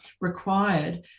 required